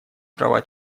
права